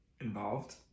involved